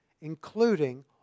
including